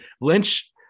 Lynch